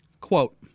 Quote